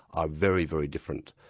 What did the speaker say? are very, very different.